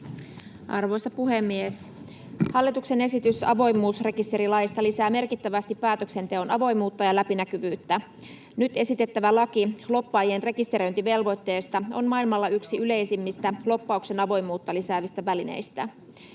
Arvoisa puhemies! Hallituksen esitys avoimuusrekisterilaista lisää merkittävästi päätöksenteon avoimuutta ja läpinäkyvyyttä. Nyt esitettävä laki lobbaajien rekisteröintivelvoitteesta on maailmalla yksi yleisimmistä lobbauksen avoimuutta lisäävistä välineistä.